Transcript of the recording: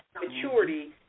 maturity